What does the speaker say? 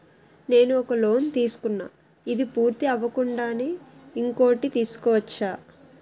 నేను ఒక లోన్ తీసుకున్న, ఇది పూర్తి అవ్వకుండానే ఇంకోటి తీసుకోవచ్చా?